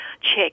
check